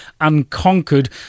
unconquered